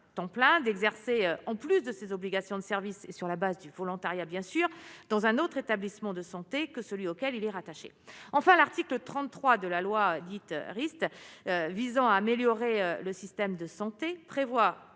temps plein d'exercer, en plus de ses obligations de service sur la base du volontariat, bien sûr, dans un autre établissement de santé que celui auquel il est rattaché, enfin, l'article 33 de la loi dite Rist visant à améliorer le système de santé prévoit,